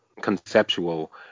conceptual